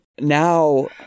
now